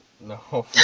no